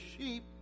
sheep